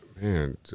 man